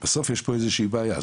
בסוף יש פה איזושהי בעיה.